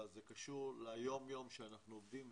אבל זה קשור ליום-יום של העבודה שלנו,